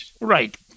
Right